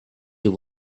you